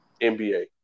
NBA